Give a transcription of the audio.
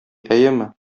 әйеме